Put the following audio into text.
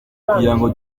kugirango